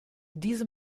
diese